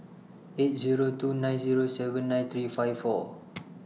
eight Zero two nine Zero seven nine three five four